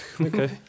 Okay